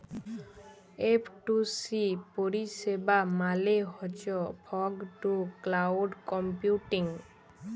F two C পরিষেবা মালে হছ ফগ টু ক্লাউড কম্পিউটিং